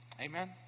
Amen